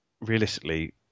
realistically